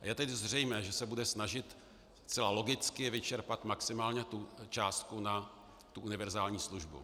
Je tedy zřejmé, že se bude snažit zcela logicky vyčerpat maximálně tu částku na univerzální službu.